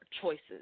choices